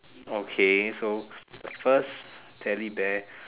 okay so the first Teddy bear